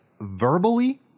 verbally